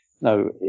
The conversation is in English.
no